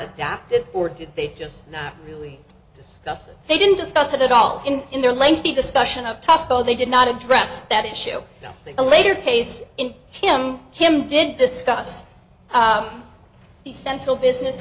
adapted or did they just not really discuss it they didn't discuss it at all and in their lengthy discussion of tough though they did not address that issue a later case in him him did discuss the central business